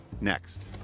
Next